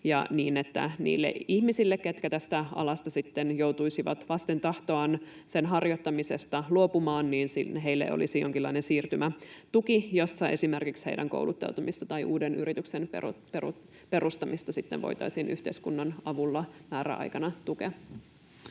niin, että niille ihmisille, ketkä tästä alasta, sen harjoittamisesta, sitten joutuisivat vasten tahtoaan luopumaan, olisi jonkinlainen siirtymätuki, jossa esimerkiksi heidän kouluttautumistaan tai uuden yrityksen perustamista sitten voitaisiin yhteiskunnan avulla määräaikana tukea.